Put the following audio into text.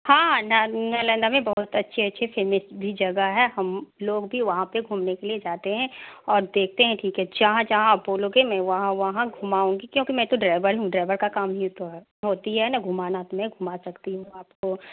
हाँ ना नालंदा मैं बहुत अच्छे अच्छे फेमस भी जगह है हम लोग भी वहाँ पर घूमने के लिए जाते हैं और देखते हैं ठीक है जहाँ जहाँ आप बोलोगे मैं वहाँ वहाँ घुमाऊँगी क्योंकि मैं तो ड्राइवर हूँ ड्राइवर का काम यह तो है होती है न घूमाना तो मैं घूमा सकती हूँ आपको